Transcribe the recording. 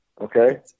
Okay